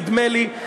נדמה לי,